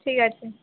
ঠিক আছে